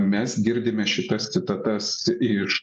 mes girdime šitas citatas iš